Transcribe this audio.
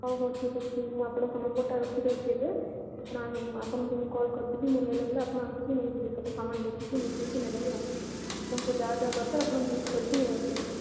ହଉ ହଉ ଠିକ୍ ଅଛି ମୁଁ ଆପଣଙ୍କ ନମ୍ବରଟା ରଖି ଦେଉଛି ଏବେ ଆପଣ ଆପଣଙ୍କୁ ମୁଁ କଲ୍ କରିଦେବି ମୁଁ ରହିଲା ବେଳେ ଆପଣ ଆସିକି ନେଇଯିବେ ସବୁ ସାମାନ୍ ଦେଖିକି ମିଶାଇକି ନେବେ ହେଲା ଆପଣଙ୍କୁ ଯାହା ଯାହା ଦରକାର ଆପଣ ଲିଷ୍ଟ କରିକି ନେଇ ଆସିବେ